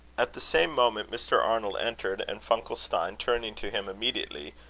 at the same moment, mr. arnold entered, and funkelstein, turning to him immediately,